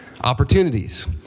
opportunities